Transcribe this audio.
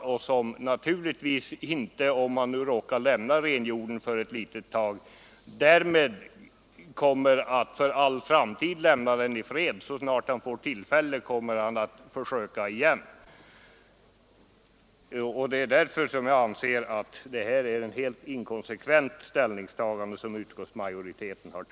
Risken är naturligtvis mycket större att en jakthund, som ofredat en renhjord, sedan den lämnat hjorden kommer att i en framtid återigen ofreda denna. Så snart den får tillfälle kommer den att göra om försöket. Det är därför som jag anser att utskottsmajoritetens ställningstagande är helt inkonsekvent.